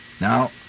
Now